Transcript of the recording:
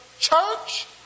church